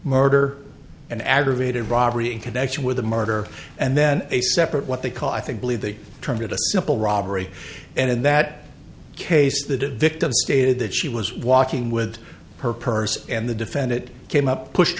murder and aggravated robbery in connection with a murder and then a separate what they call i think believe the target a simple robbery and in that case the did victim stated that she was walking with her purse and the defend it came up pushed